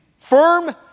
firm